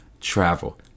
travel